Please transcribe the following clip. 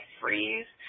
freeze